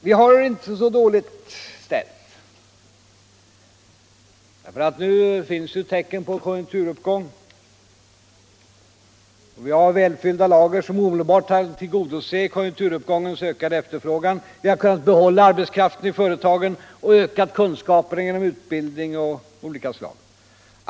Vi har själva det inte så dåligt ställt, nu finns det tecken på konjunkturuppgång, och vi har välfyllda lager som omedelbart kan tillgodose konjunkturuppgångens ökade efterfrågan. Vi har kunnat behålla arbetskraften i företagen och öka de anställdas kunskaper genom utbildning av olika slag.